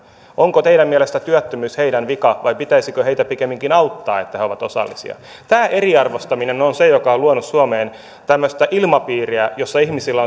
onko teidän mielestänne työttömyys heidän vikansa vai pitäisikö heitä pikemminkin auttaa niin että he ovat osallisia tämä eriarvoistaminen on se joka on luonut suomeen tämmöistä ilmapiiriä jossa ihmisillä